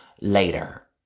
later